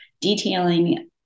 detailing